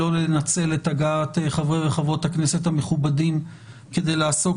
לא לנצל את הגעת חברי וחברות הכנסת המכובדים כדי לעסוק,